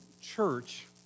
church